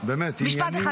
-- משפט אחד?